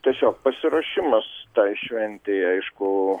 tiesiog pasiruošimas tai šventei aišku